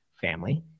family